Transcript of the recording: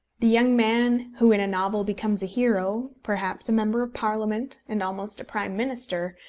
the young man who in a novel becomes a hero, perhaps a member of parliament, and almost a prime minister,